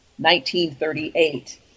1938